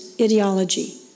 ideology